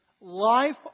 life